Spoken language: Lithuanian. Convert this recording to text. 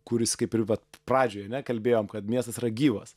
kuris kaip ir vat pradžioj ane kalbėjom kad miestas yra gyvas